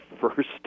first